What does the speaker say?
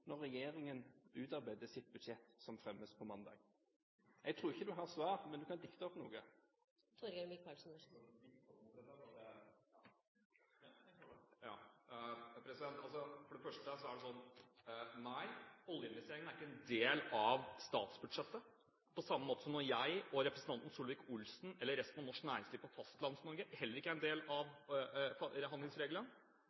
regjeringen utarbeidet sitt budsjett som fremmes på mandag? Jeg tror ikke du har svar, men du kan dikte opp noe. Skal jeg dikte opp noe? For det første er det slik: Nei, oljeinvesteringene er ikke en del av statsbudsjettet, på samme måte som at jeg og representanten Solvik-Olsen, eller resten av norsk næringsliv i Fastlands-Norge, heller ikke er en del